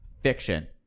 fiction